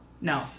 no